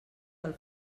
del